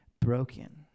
broken